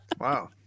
Wow